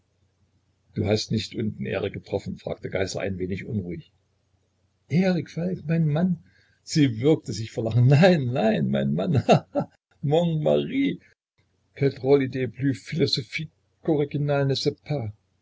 du hast nicht erik unten getroffen fragte geißler ein wenig unruhig erik falk meinen mann sie würgte sich vor lachen nein nein mein mann ha ha mon